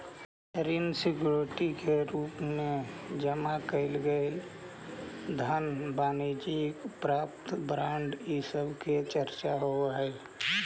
ऋण सिक्योरिटी के रूप में जमा कैइल गेल धन वाणिज्यिक प्रपत्र बॉन्ड इ सब के चर्चा होवऽ हई